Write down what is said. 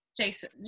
Jason